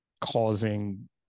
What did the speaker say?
causing